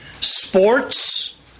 sports